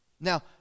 Now